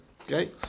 Okay